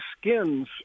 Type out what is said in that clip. skins